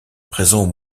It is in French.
présents